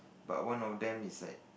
but one of them is like